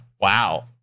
Wow